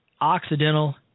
Occidental